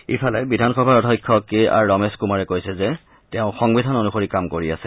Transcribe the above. ইফালে বিধানসভাৰ অধ্যক্ষ কে আৰ ৰমেশ কুমাৰে কৈছে যে তেওঁ সংবিধান অন্সৰি কাম কৰি আছে